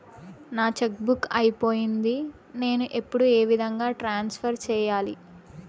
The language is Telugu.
నా చెక్కు బుక్ అయిపోయింది నేను ఇప్పుడు ఏ విధంగా ట్రాన్స్ఫర్ సేయాలి?